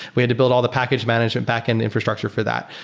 we had to build all the package management backend infrastructure for that.